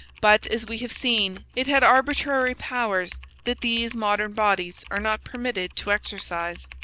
but, as we have seen, it had arbitrary powers that these modern bodies are not permitted to exercise.